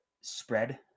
spread